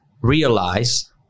realize